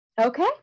okay